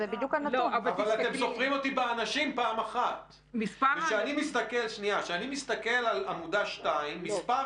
אז אם מדובר באדם שבאותו יום אותר שלוש פעמים על אותו מגע